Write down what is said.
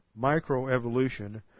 microevolution